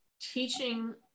teaching